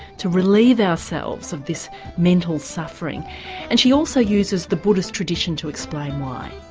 to relieve ourselves of this mental suffering and she also uses the buddhist tradition to explain why.